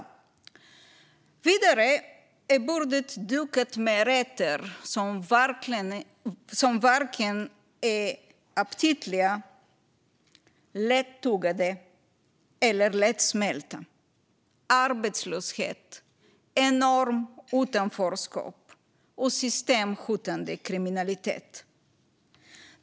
Vidare är bordet dukat med rätter som varken är aptitliga, lättuggade eller lättsmälta: arbetslöshet, enormt utanförskap och systemhotande kriminalitet.